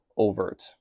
overt